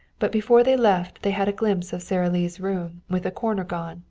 but before they left they had a glimpse of sara lee's room, with the corner gone,